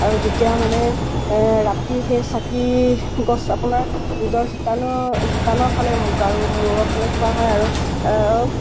আৰু যেতিয়া মানে ৰাতি সেই চাকিগছ আপোনাৰ নিজৰ শিতানৰ শিতানৰফালে গাৰুৰ মূৰৰফালে থোৱা হয় আৰু